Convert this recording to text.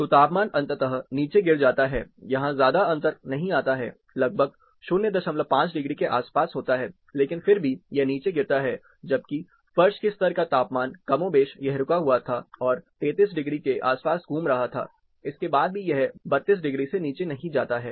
तो तापमान अंततः नीचे गिर जाता है यहां ज्यादा अंतर नहीं आता है लगभग 05 डिग्री के आस पास होता है लेकिन फिर भी यह नीचे गिरता है जबकि फर्श के स्तर का तापमान कमोबेश यह रुका हुआ था और 33 डिग्री के आसपास घूम रहा था इसके बाद भी यह 32 डिग्री से नीचे नहीं जाता है